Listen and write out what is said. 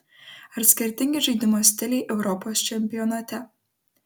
ar skirtingi žaidimo stiliai europos čempionate